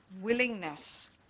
willingness